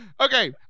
Okay